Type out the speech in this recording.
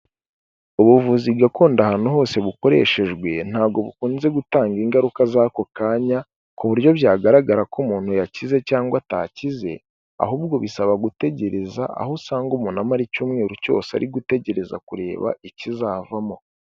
Ubuvuzi gakondo ahantu hose bukoreshejwe ntabwo bukunze gutanga ingaruka z'ako kanya ku buryo byagaragara ko umuntu yakize cyangwa atakize ahubwo bisaba gutegereza, aho usanga umuntu amara icyumweru cyose ari gutegereza kureba ikizavamo.